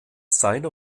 seiner